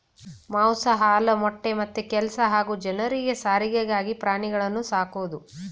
ಮಾಂಸ ಹಾಲು ಮೊಟ್ಟೆ ಮತ್ತೆ ಕೆಲ್ಸ ಹಾಗೂ ಜನರಿಗೆ ಸಾರಿಗೆಗಾಗಿ ಪ್ರಾಣಿಗಳನ್ನು ಸಾಕೋದು